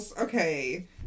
Okay